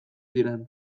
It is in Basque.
ziren